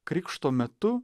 krikšto metu